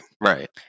right